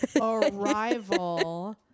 arrival